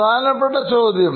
പ്രധാനപ്പെട്ടചോദ്യം